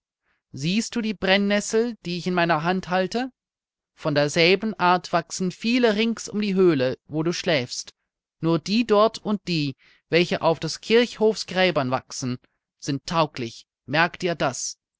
siehst du die brennessel die ich in meiner hand halte von derselben art wachsen viele rings um die höhle wo du schläfst nur die dort und die welche auf des kirchhofs gräbern wachsen sind tauglich merke dir das